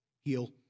Heal